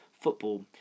football